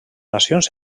nacions